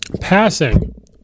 Passing